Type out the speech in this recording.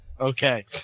Okay